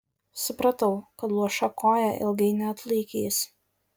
supratau kad luoša koja ilgai neatlaikys